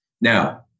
Now